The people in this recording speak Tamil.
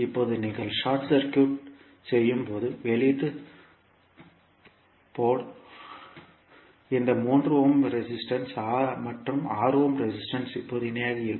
இப்போது நீங்கள் ஷார்ட் சர்க்யூட் செய்யும் போது வெளியீட்டு துறைமுகம் இந்த 3 ஓம் மற்றும் 6 ஓம் ரெசிஸ்டன்ஸ் இப்போது இணையாக இருக்கும்